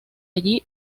allí